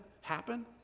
happen